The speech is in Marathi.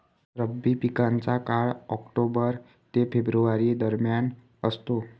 रब्बी पिकांचा काळ ऑक्टोबर ते फेब्रुवारी दरम्यान असतो